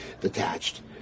detached